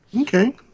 okay